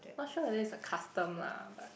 not sure whether is a custom lah but